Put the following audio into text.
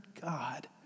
God